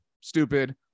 Stupid